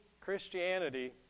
Christianity